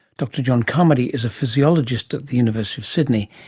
dr john carmody is a physiologist at the university of sydney.